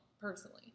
personally